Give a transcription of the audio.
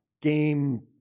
game